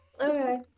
Okay